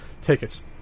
tickets